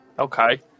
Okay